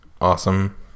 awesome